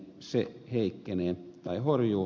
se heikkenee tai horjuu